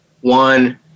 One